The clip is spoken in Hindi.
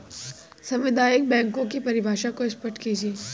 सामुदायिक बैंकों की परिभाषा को स्पष्ट कीजिए?